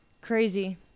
Crazy